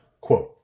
Quote